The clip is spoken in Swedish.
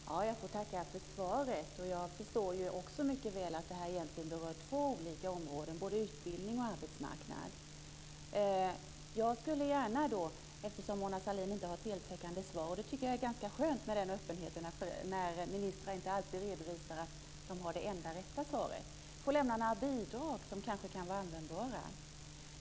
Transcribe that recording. Fru talman! Jag får tacka för svaret. Jag förstår mycket väl att detta egentligen berör två områden, både utbildning och arbetsmarknad. Mona Sahlin har inte ett heltäckande svar. Det är skönt med den öppenheten, dvs. när ministrar inte alltid redovisar att de har det enda rätta svaret. Jag skulle då gärna vilja lämna några bidrag som kanske kan vara användbara.